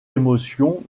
émotions